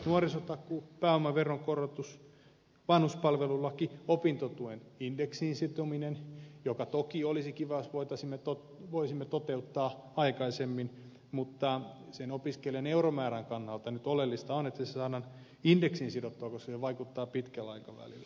nuorisotakuu pääomaveron korotus vanhuspalvelulaki opintotuen indeksiin sitominen jonka osalta toki olisi kiva jos voisimme toteuttaa sen aikaisemmin mutta opiskelijan euromäärän kannalta nyt oleellista on että se saadaan indeksiin sidottua koska se vaikuttaa pitkällä aikavälillä